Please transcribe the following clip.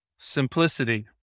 Simplicity